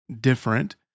different